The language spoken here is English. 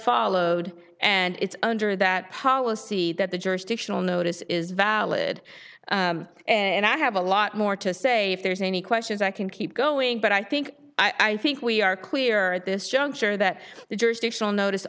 followed and it's under that policy that the jurisdictional notice is valid and i have a lot more to say if there's any questions i can keep going but i think i think we are clear at this juncture that the jurisdictional notice